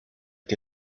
que